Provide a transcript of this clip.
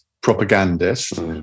propagandist